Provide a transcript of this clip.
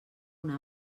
una